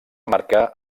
marcar